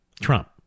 Trump